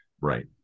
right